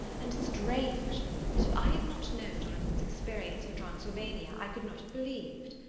and strange that if i had not known jonathan's experience in transylvania i could not have believed.